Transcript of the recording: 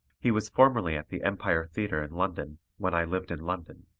he was formerly at the empire theatre in london, when i lived in london.